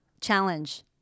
challenge